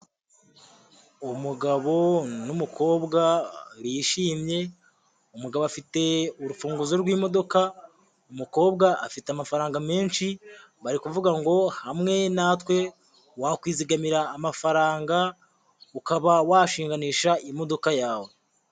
Umugabo n'umukobwa bishimye, umugabo afite urufunguzo rw'imodoka, umukobwa afite amafaranga menshi bari kuvuga ngo hamwe natwe wakwizigamira amafaranga, ukaba washinganisha imodoka yawe.